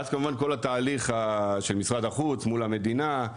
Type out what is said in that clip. ואז כמובן כל התהליך של משרד החוץ מול המדינה,